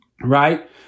right